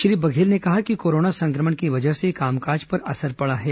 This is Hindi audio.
श्री बघेल ने कहा कि कोरोना संक्रमण की वजह से कामकाज पर असर पड़ा है